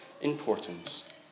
importance